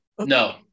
No